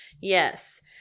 Yes